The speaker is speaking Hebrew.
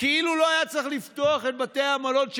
כאילו לא היה צריך לפתוח את בתי המלון,